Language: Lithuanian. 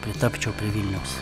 pritapčiau prie vilniaus